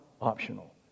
optional